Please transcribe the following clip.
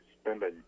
spending